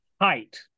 height